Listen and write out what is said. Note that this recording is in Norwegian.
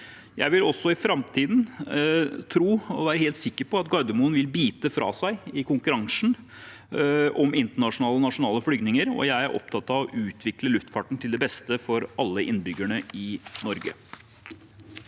Jeg vil også i framtiden tro – og være helt sikker på – at Gardermoen vil bite fra seg i konkurransen om internasjonale og nasjonale flyvninger, og jeg er opptatt av å utvikle luftfarten til beste for alle innbyggerne i Norge.